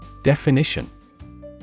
Definition